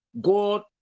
god